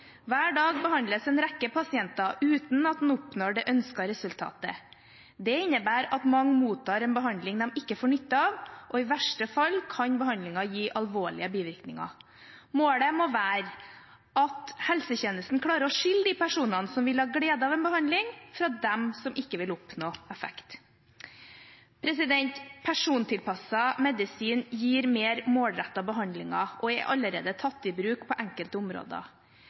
Hver dag behandles en rekke pasienter uten at en oppnår det ønskede resultatet. Det innebærer at mange mottar en behandling de ikke får nytte av, og i verste fall kan behandlingen gi alvorlige bivirkninger. Målet må være at helsetjenesten klarer å skille de personene som vil ha glede av en behandling, fra dem som ikke vil oppnå effekt. Persontilpasset medisin gir mer målrettede behandlinger og er allerede tatt i bruk på enkelte områder.